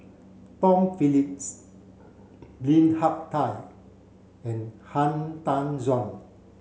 Tom Phillips Lim Hak Tai and Han Tan Juan